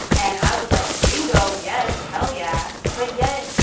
and i was like, bingo. yes. hell yeah. but yet,